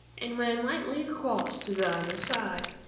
and ran lightly across to the other side.